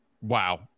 Wow